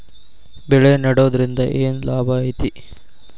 ಬೆಳೆ ನೆಡುದ್ರಿಂದ ಏನ್ ಲಾಭ ಐತಿ?